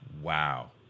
Wow